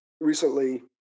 recently